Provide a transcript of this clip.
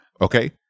Okay